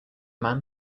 man